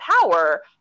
power